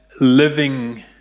living